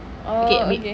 oh okay